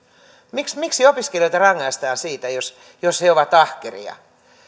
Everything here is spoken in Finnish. miksi miksi opiskelijoita rangaistaan siitä jos jos he ovat ahkeria jos